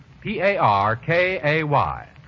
P-A-R-K-A-Y